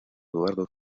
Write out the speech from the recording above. eduardo